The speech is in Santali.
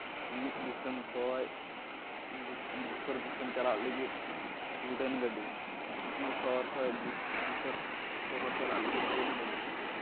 ᱢᱤᱫ ᱫᱤᱥᱚᱢ ᱠᱷᱚᱡ ᱫᱚᱥᱟᱨ ᱫᱤᱥᱚᱢ ᱪᱟᱞᱟᱜ ᱞᱟᱹᱜᱤᱫ ᱩᱰᱟᱹᱱ ᱜᱟᱹᱰᱤ ᱢᱤᱫ ᱥᱚᱦᱚᱨ ᱠᱷᱚᱡ ᱫᱚᱥᱟᱨ ᱥᱚᱦᱚᱨ ᱪᱟᱞᱟᱜ ᱞᱟᱹᱜᱤᱫ ᱴᱨᱮᱱ ᱜᱟᱹᱰᱤ